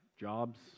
jobs